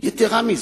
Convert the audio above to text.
יתירה מזאת,